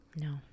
No